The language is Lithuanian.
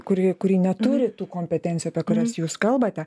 kuri kuri neturi tų kompetencijų apie kurias jūs kalbate